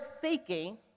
seeking